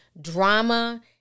drama